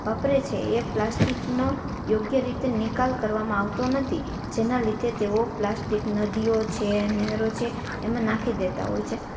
વાપરે છે એ પ્લાસ્ટિકનો યોગ્ય રીતે નિકાલ કરવામાં આવતો નથી જેનાં લીધે તેઓ પ્લાસ્ટિક નદીઓ છે નહેરો છે એમાં નાખી દેતા હોય છે